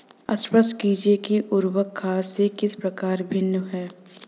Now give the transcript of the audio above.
स्पष्ट कीजिए कि उर्वरक खाद से किस प्रकार भिन्न है?